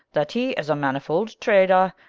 that he is a manifold traitor,